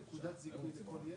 מי בעד?